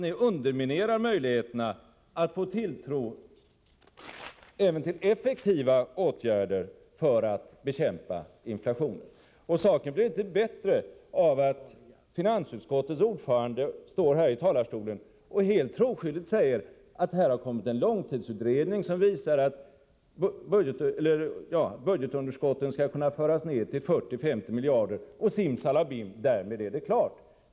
Ni underminerar därmed möjligheterna att skapa tilltro även till effektiva åtgärder för att bekämpa inflationen. Saken blir inte bättre av att finansutskottets ordförande här i talarstolen troskyldigt säger att det har kommit en långtidsutredning som visar att budgetunderskotten skall kunna föras ned till 40-50 miljarder, och simsalabim är allt klart.